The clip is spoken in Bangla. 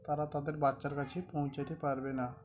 তারা তাদের বাচ্চার কাছেই পৌঁছাতে পারবে না